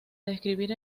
describir